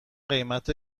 قیمت